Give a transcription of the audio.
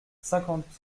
cinquante